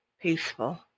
peaceful